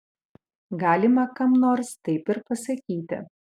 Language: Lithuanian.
galima kam nors taip ir pasakyti